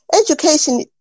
education